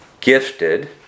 Gifted